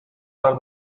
are